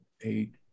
eight